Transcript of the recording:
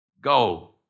Go